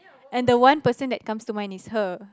and the one person that comes to mind is her